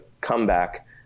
comeback